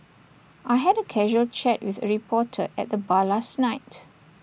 I had A casual chat with A reporter at the bar last night